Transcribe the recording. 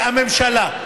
הממשלה.